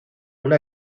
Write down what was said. una